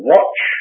Watch